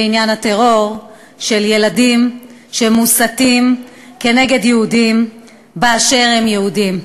בעניין הטרור של ילדים שמוסתים כנגד יהודים באשר הם יהודים.